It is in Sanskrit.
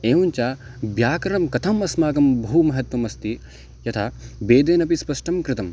एवञ्च व्याकरणं कथम् अस्माकं बहु महत्वमस्ति यथा भेदेनपि स्पष्टं कृतम्